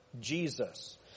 Jesus